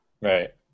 Right